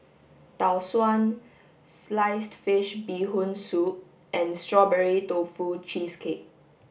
tau suan sliced fish bee hoon soup and strawberry tofu cheesecake